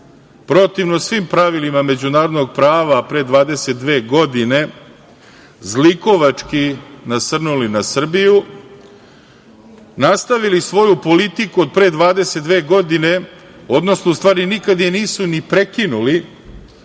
protivno svim pravilima međunarodnog prava pre 22 zlikovački nasrnuli na Srbiju, nastavili svoju politiku od pre 22 godine, odnosno, u stvari, nikad je nisu ni prekinuli,